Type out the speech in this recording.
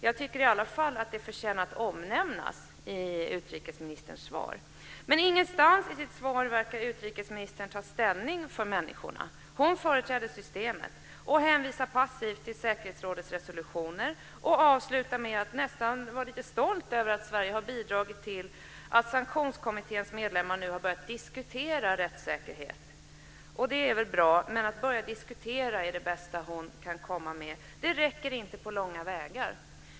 Jag tycker i alla fall att det förtjänar att omnämnas i utrikesministerns svar. Men ingenstans i sitt svar verkar utrikesministern ta ställning för människorna. Hon företräder systemet. Hon hänvisar passivt till säkerhetsrådets resolutioner och avslutar med att nästan vara lite stolt över att Sverige har bidragit till att sanktionskommitténs medlemmar nu har börjat diskutera rättssäkerhet. Det är väl bra, men att börja diskutera är det bästa utrikesministern kan komma med. Det räcker inte på långa vägar!